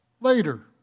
later